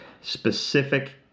specific